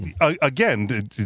again